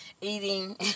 Eating